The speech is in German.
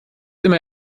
immer